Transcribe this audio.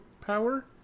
power